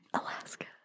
Alaska